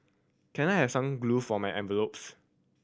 can I have some glue for my envelopes